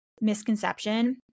misconception